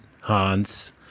Hans